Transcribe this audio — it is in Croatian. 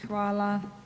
Hvala.